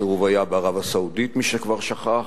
הסירוב היה בערב-הסעודית, למי שכבר שכח,